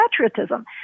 patriotism